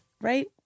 right